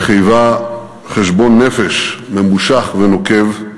היא חייבה חשבון נפש ממושך ונוקב.